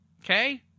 Okay